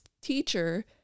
teacher